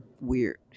weird